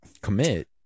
Commit